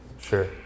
Sure